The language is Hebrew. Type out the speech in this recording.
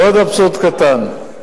עוד אבסורד קטן: